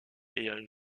ayant